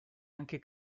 anche